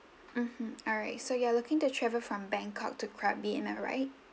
mmhmm alright so you're looking to travel from bangkok to krabi am I right